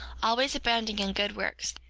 always abounding in good works,